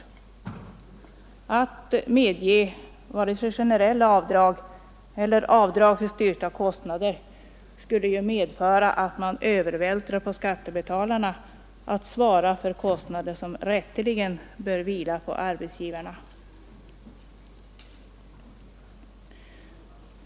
Vare sig man skulle medge generella avdrag eller avdrag för styrkta kostnader skulle det medföra att man på skattebetalarna övervältrade kostnader som rätteligen bör vila på arbetsgivarna.